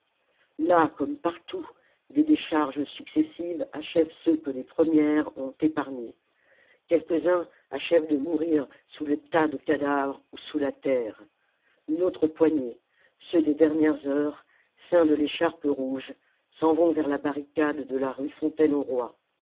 là comme partout des décharges successives achèvent ceux que les premières ont épargnés quelques-uns achèvent de mourir sous les tas de cadavres ou sous la terre une autre poignée ceux des dernières heures ceints de l'écharpe rouge s'en vont vers la barricade de la rue